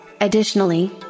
Additionally